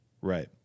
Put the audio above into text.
right